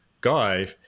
guy